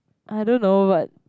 I don't know but